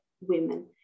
women